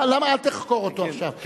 מה, למה, אל תחקור אותו עכשיו.